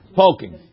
poking